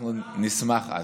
אנחנו נשמח אז.